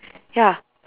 ya